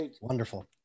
Wonderful